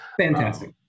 Fantastic